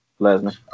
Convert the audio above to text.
Lesnar